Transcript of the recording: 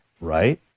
right